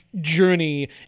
Journey